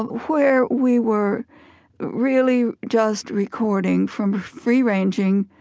where we were really just recording from free-ranging,